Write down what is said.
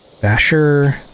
Basher